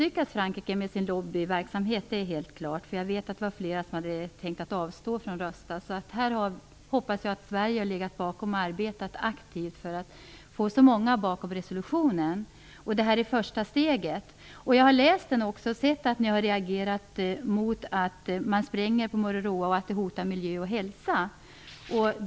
Frankrike har misslyckats med sin lobbyverksamhet, det är helt klart. Jag vet att det var flera som hade tänkt att avstå från att rösta. Jag hoppas att Sverige har arbetat aktivt för att så många som möjligt skulle ställa sig bakom resolutionen. Det här är första steget. Jag har också sett att ni protesterar mot sprängningarna på Mururoa för att de hotar miljö och hälsa.